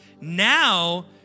Now